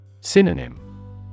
Synonym